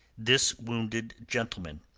this wounded gentleman.